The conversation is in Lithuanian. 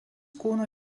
kūno